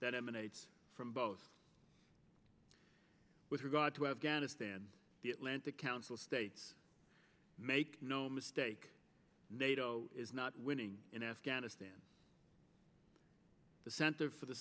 emanates from both with regard to afghanistan the atlantic council states make no mistake nato is not winning in afghanistan the center for the